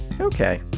Okay